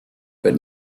but